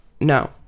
no